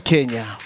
Kenya